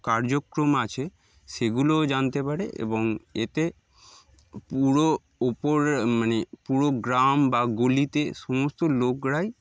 কার্যক্রম আছে সেগুলোও জানতে পারে এবং এতে পুরো উপর মানে পুরো গ্রাম বা গলিতে সমস্ত লোকরাই